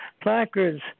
placards